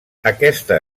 aquesta